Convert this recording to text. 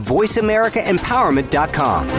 VoiceAmericaEmpowerment.com